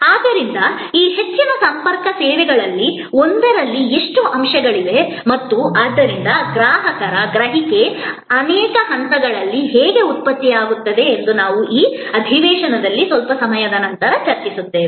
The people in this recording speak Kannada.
ಆದ್ದರಿಂದ ಈ ಹೆಚ್ಚಿನ ಸಂಪರ್ಕ ಸೇವೆಗಳಲ್ಲಿ ಒಂದರಲ್ಲಿ ಎಷ್ಟು ಅಂಶಗಳಿವೆ ಮತ್ತು ಆದ್ದರಿಂದ ಗ್ರಾಹಕರ ಗ್ರಹಿಕೆ ಅನೇಕ ಹಂತಗಳಲ್ಲಿ ಹೇಗೆ ಉತ್ಪತ್ತಿಯಾಗುತ್ತದೆ ಎಂದು ನಾವು ಈ ಅಧಿವೇಶನದಲ್ಲಿ ಸ್ವಲ್ಪ ಸಮಯದ ನಂತರ ಚರ್ಚಿಸುತ್ತೇವೆ